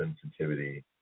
sensitivity